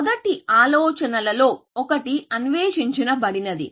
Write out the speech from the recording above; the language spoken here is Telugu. మొదటి ఆలోచనలలో ఒకటి అన్వేషించబడినది